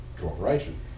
cooperation